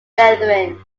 brethren